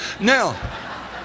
now